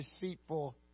deceitful